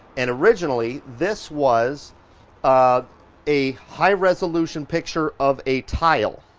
and originally, this was um a high resolution picture of a tile.